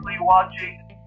watching